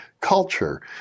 culture